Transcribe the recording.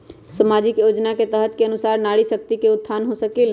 सामाजिक योजना के तहत के अनुशार नारी शकति का उत्थान हो सकील?